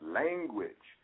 language